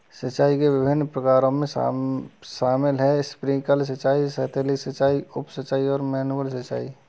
सिंचाई के विभिन्न प्रकारों में शामिल है स्प्रिंकलर सिंचाई, सतही सिंचाई, उप सिंचाई और मैनुअल सिंचाई